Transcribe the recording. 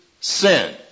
sin